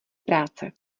práce